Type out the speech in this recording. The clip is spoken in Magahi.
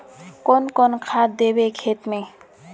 कौन कौन खाद देवे खेत में?